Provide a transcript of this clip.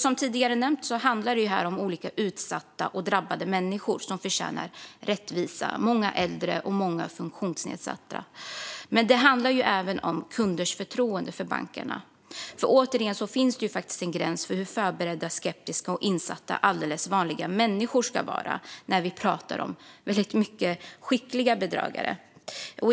Som tidigare nämnt handlar det om utsatta och drabbade människor som förtjänar rättvisa. Många är äldre och många är funktionsnedsatta. Men det handlar också om kunders förtroende för bankerna. Återigen: Det finns en gräns för hur förberedda, skeptiska och insatta alldeles vanliga människor ska vara, för de bedragare det handlar om är ju väldigt skickliga.